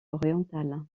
orientale